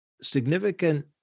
significant